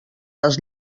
les